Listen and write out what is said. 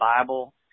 Bible